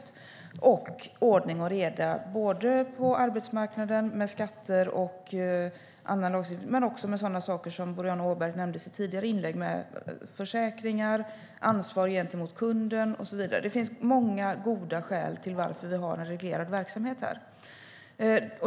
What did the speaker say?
Det handlar också om ordning och reda på arbetsmarknaden med skatter och annan lagstiftning men också när det gäller sådana saker som Boriana Åberg nämnde i sitt tidigare inlägg: försäkringar, ansvar gentemot kunden och så vidare. Det finns många goda skäl till varför vi har en reglerad verksamhet här.